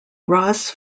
ross